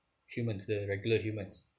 humans the regular humans